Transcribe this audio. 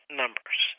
numbers